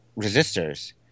resistors